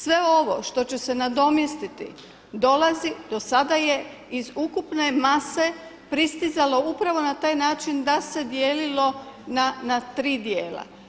Sve ovo što će se nadomjestiti dolazi, do sada je iz ukupne mase pristizalo upravo na taj način da se dijelilo na tri dijela.